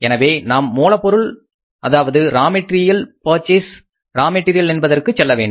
எனவே நாம் raw material purchase என்பதற்கு செல்ல வேண்டும்